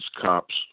cop's